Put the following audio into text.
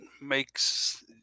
makes